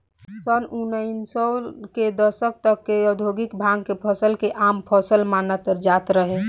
सन उनऽइस सौ के दशक तक ले औधोगिक भांग के फसल के आम फसल मानल जात रहे